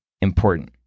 important